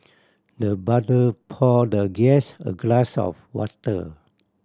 the butter poured the guest a glass of water